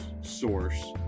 source